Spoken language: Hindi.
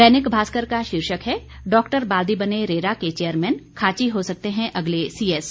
दैनिक भास्कर का शीर्षक है डॉ बाल्दी बने रेरा के चेयरमैन खाची हो सकते हैं अगले सीएस